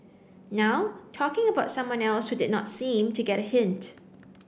now talking about someone else who did not seem to get a hint